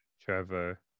Trevor